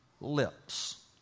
lips